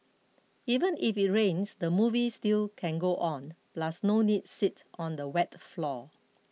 even if it rains the movie still can go on plus no need sit on the wet floor